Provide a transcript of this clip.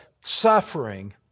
suffering